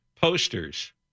posters